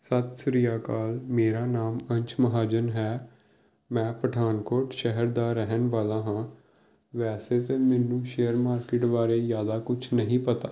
ਸਤਿ ਸ਼੍ਰੀ ਅਕਾਲ ਮੇਰਾ ਨਾਮ ਅੰਸ਼ ਮਹਾਜਨ ਹੈ ਮੈਂ ਪਠਾਨਕੋਟ ਸ਼ਹਿਰ ਦਾ ਰਹਿਣ ਵਾਲਾ ਹਾਂ ਵੈਸੇ ਤਾਂ ਮੈਨੂੰ ਸ਼ੇਅਰ ਮਾਰਕੀਟ ਬਾਰੇ ਜ਼ਿਆਦਾ ਕੁੱਛ ਨਹੀਂ ਪਤਾ